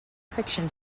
fiction